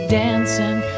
dancing